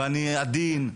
ואני עדין,